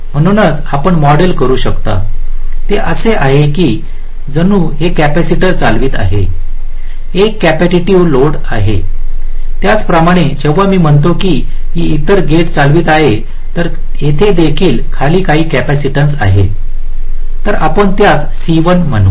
म्हणूनच आपण मॉडेल करू शकता ते असे आहे की जणू हे कॅपेसिटर चालवित आहे एक कॅपेसिटीव्ह लोडस आहे त्याचप्रमाणे जेव्हा मी म्हणतो की ही इतर गेट चालवित आहे तर येथे देखील खाली काही कॅपॅसिटन्सस असेल तर आपण त्यास C1 म्हणू